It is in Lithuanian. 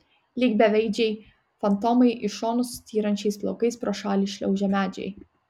lyg beveidžiai fantomai į šonus styrančiais plaukais pro šalį šliaužė medžiai